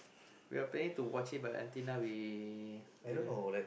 we're planning to watch it but until now we didn't